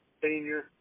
senior